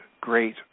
great